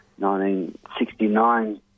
1969